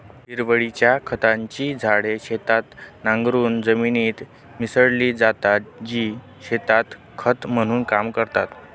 हिरवळीच्या खताची झाडे शेतात नांगरून जमिनीत मिसळली जातात, जी शेतात खत म्हणून काम करतात